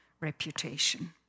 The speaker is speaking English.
reputation